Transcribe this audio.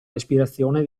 respirazione